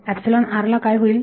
ला काय होईल